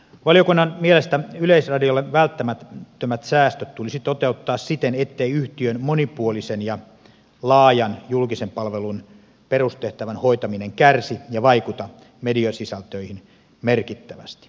valiokunnan mielestä yleisradiolle välttämättömät säästöt tulisi toteuttaa siten ettei yhtiön monipuolisen ja laajan julkisen palvelun perustehtävän hoitaminen kärsi ja vaikuta mediasisältöihin merkittävästi